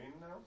now